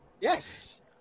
Yes